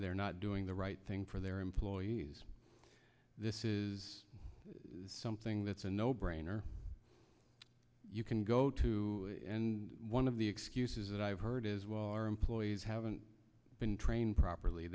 they're not doing the right thing for their employees this is something that's a no brainer you can go to and one of the excuses that i've heard is well our employees haven't been trained properly